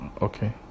okay